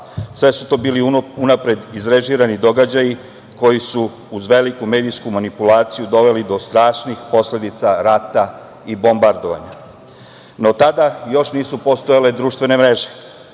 Sve su to bili unapred izrežirani događaji, koji su uz veliku medijsku manipulaciju doveli do strašnih posledica rata i bombardovanja.No, tada još nisu postojale društvene mreže.